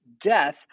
death